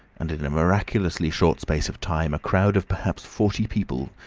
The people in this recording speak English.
and in a miraculously short space of time a crowd of perhaps forty people,